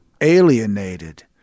alienated